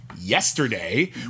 yesterday